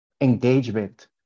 engagement